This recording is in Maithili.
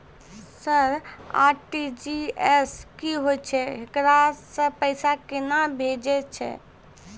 सर आर.टी.जी.एस की होय छै, एकरा से पैसा केना भेजै छै?